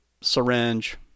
syringe